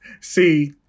see